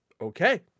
okay